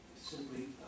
simply